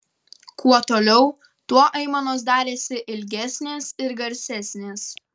kuo toliau tuo aimanos darėsi ilgesnės ir garsesnės